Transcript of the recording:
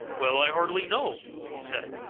well, i hardly know, he said.